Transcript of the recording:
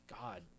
god